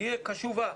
תהיה קשובה.